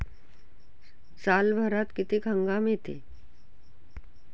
सालभरात किती हंगाम येते?